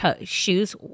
shoes